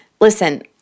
Listen